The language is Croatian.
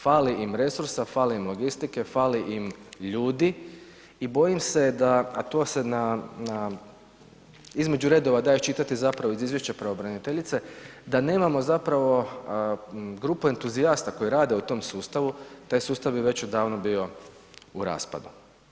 Fali im resursa, fali im logistike, fali im ljudi i bojim se da, a to se između redova da iščitati zapravo iz izvješća pravobraniteljice da nemamo zapravo grupu entuzijasta koji rade u tom sustavu, taj sustav je već odavno bio u raspadu.